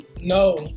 No